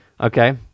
Okay